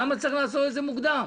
למה צריך לעשות את זה מוקדם?